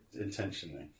intentionally